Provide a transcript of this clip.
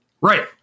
Right